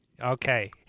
Okay